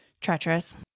treacherous